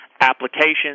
applications